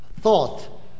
thought